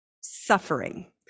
suffering